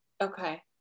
Okay